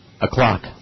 O'clock